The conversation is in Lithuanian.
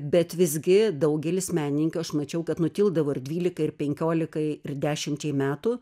bet visgi daugelis menininkių aš mačiau kad nutildavo ir dvylikai ir penkiolikai ir dešimčiai metų